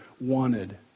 wanted